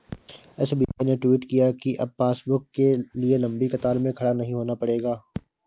SBI ने tweet किया कि अब पासबुक के लिए लंबी कतार में खड़ा नहीं होना पड़ेगा